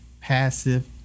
passive